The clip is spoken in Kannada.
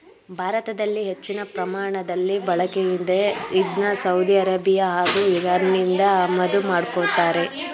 ಭಾರತದಲ್ಲಿ ಹೆಚ್ಚಿನ ಪ್ರಮಾಣದಲ್ಲಿ ಬಳಕೆಯಿದೆ ಇದ್ನ ಸೌದಿ ಅರೇಬಿಯಾ ಹಾಗೂ ಇರಾನ್ನಿಂದ ಆಮದು ಮಾಡ್ಕೋತಾರೆ